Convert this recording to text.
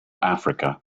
africa